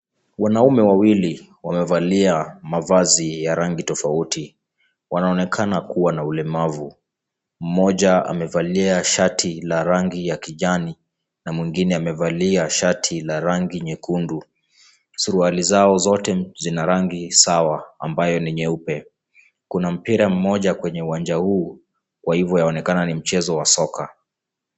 Wanaume wawili wamevalia mavazi ya rangi tofauti Wanaonekana kuwa na ulemavu, mmoja amevalia shati ya rangi ya kijani na mwingine amevalia shati la rangi nyekundu, suruali zao zote zina rangi Sawa ambayo ni nyeupe kuna mpira mmoja kwenye uwanja huu ,Kwa hivyo yaonekana ni soka.